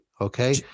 Okay